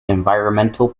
environmental